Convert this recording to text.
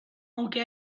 aunque